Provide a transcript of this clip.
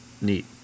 neat